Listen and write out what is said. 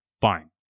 fine